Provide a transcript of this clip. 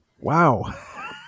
wow